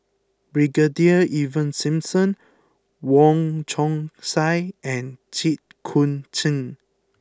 Brigadier Ivan Simson Wong Chong Sai and Jit Koon Ch'ng